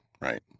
right